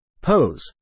POSE